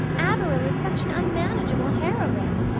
averil is such an unmanageable heroine.